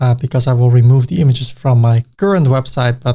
ah because i will remove the images from my current website, but,